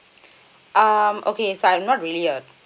um okay so I'm not really a